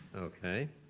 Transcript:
okay.